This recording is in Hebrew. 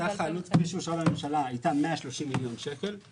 סך העלות של הרחבת המענק כפי שאושרה בממשלה הייתה 130 מיליון שקלים.